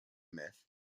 myth